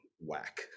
whack